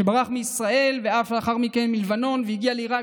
שברח מישראל ולאחר מכן אף מלבנון והגיע לעיראק